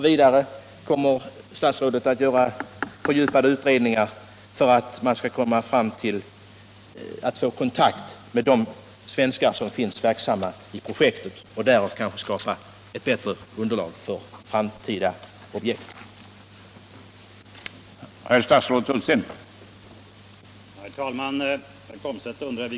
Vidare: Kommer statsrådet att göra fördjupade utredningar för att man skall få kontakt med de svenskar som är verksamma i projektet och därmed kanske skapa ett bättre underlag för framtida objekt?